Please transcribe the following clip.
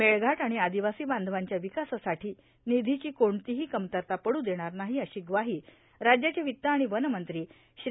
मेळघाट आणि आदिवासी बांधवांच्या विकासासाठी निधीची कोणतीही कमतरता पडू देणार नाही अशी ग्वाही राज्याचे वित्त आणि वनमंत्री श्री